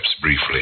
briefly